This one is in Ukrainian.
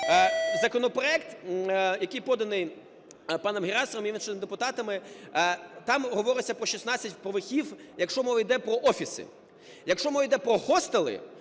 законопроект, який поданий паном Герасимовим і іншими депутатами, там говориться про 16 поверхів, якщо мова йде про офіси. Якщо мова йде про хостели,